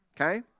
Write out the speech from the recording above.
Okay